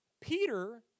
Peter